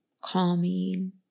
calming